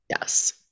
Yes